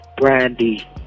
Brandy